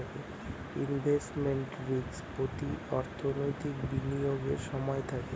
investment risk প্রতি অর্থনৈতিক বিনিয়োগের সময় থাকে